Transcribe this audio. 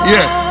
Yes